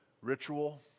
ritual